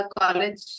college